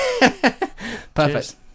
perfect